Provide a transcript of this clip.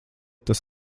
tas